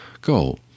Go